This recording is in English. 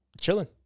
chilling